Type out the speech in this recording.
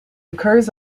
occurs